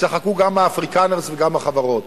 צחקו גם האפריקנרס וגם החברות.